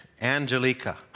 Angelica